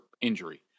injury